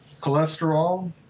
Cholesterol